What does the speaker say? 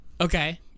Okay